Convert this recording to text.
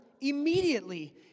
immediately